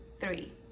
three